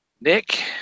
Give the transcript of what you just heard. Nick